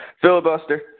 Filibuster